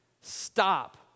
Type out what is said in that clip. Stop